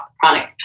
chronic